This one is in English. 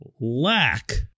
lack